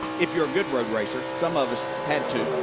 if you're a good road racers. some of us had to.